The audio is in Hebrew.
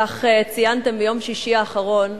כך ציינתם ביום שישי האחרון,